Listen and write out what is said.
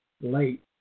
late